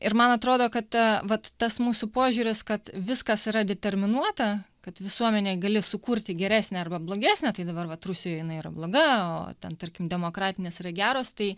ir man atrodo kad vat tas mūsų požiūris kad viskas yra determinuota kad visuomenę gali sukurti geresnę arba blogesnę tai dabar vat rusijoj jinai yra bloga o ten tarkim demokratinės yra geros tai